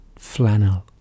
flannel